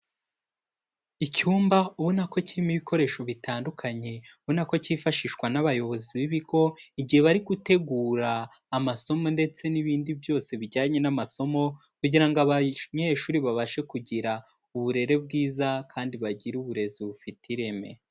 Icyumba ubona ko kirimo ibikoresho bitandukanye, ubona ko cyifashishwa n'abayobozi b'ibigo igihe bari gutegura amasomo ndetse n'ibindi byose bijyanye n'amasomo kugira ngo abanyeshuri babashe kugira uburere bwiza, kandi bagire uburezi bufite ireme.